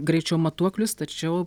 greičio matuoklius tačiau